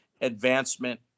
advancement